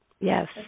Yes